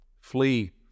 Flee